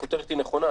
והכותרת היא נכונה,